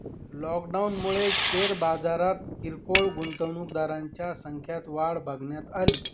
लॉकडाऊनमुळे शेअर बाजारात किरकोळ गुंतवणूकदारांच्या संख्यात वाढ बघण्यात अली